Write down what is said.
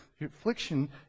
affliction